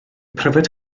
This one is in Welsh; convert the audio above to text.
pryfed